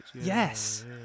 Yes